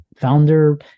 founder